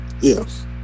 yes